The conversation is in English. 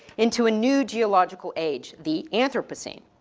into a new geological age, the anthropocene.